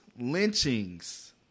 lynchings